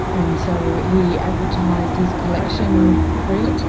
and so he advertised his collection freely? and so